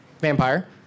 vampire